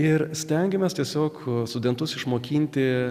ir stengiamės tiesiog studentus išmokinti